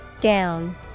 Down